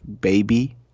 baby